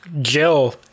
Jill